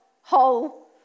whole